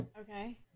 okay